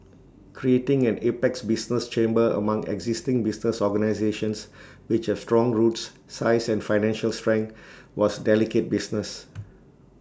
creating an apex business chamber among existing business organisations which have strong roots size and financial strength was delicate business